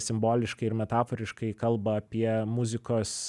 simboliškai ir metaforiškai kalba apie muzikos